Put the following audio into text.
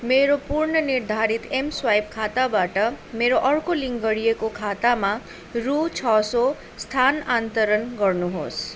मेरो पूर्ण निर्धारित एमस्वाइप खाताबाट मेरो अर्को लिङ्क गरिएको खातामा रु छ सौ स्थानान्तरण गर्नुहोस्